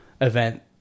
event